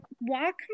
Walk